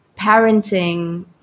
parenting